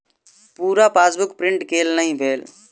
पूरा passbook print केल नहि भेल